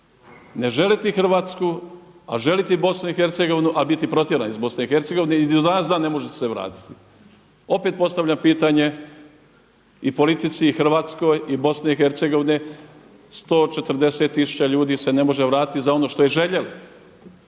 Ne željeti Hrvatsku a željeti BiH a biti protjeran iz BiH i ni do danas dan ne možete se vratiti. Opet postavljam pitanje i politici i Hrvatskoj i BiH-a 140 tisuća ljudi se ne može vratiti za ono što je željelo,